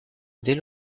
dès